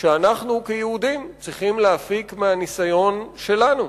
שאנחנו כיהודים צריכים להפיק מהניסיון שלנו.